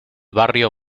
barrio